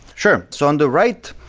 sure. so on the write,